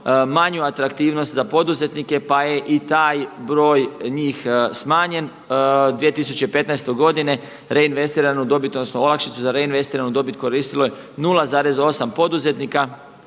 manju atraktivnost za poduzetnike, pa je i taj broj njih smanjen. 2015. godine reinvestiranu dobit, odnosno olakšicu za reinvestiranu dobit koristilo je 0,8 poduzetnika,